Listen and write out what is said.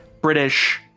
British